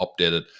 updated